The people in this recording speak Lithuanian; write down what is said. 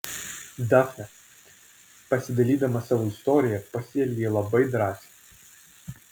dafne pasidalydama savo istorija pasielgei labai drąsiai